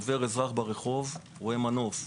עובר אזרח ברחוב, רואה מנוף,